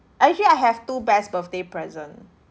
actually I have two best birthday present